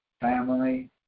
family